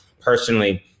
personally